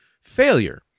failure